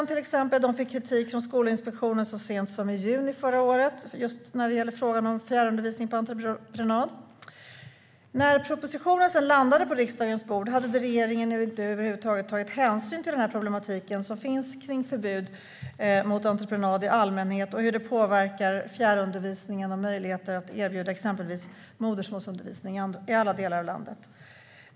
Till exempel fick Ådalsskolan kritik från Skolinspektionen så sent som i juni förra året gällande frågan om fjärrundervisning på entreprenad. När propositionen sedan landade på riksdagens bord hade regeringen över huvud taget inte tagit hänsyn till den problematik som finns kring förbud mot entreprenad i allmänhet och hur det påverkar fjärrundervisningen och möjligheterna att erbjuda exempelvis modersmålsundervisning i alla delar av landet.